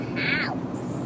house